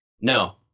No